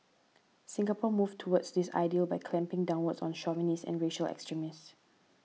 Singapore moved towards this ideal by clamping down on chauvinists and racial extremists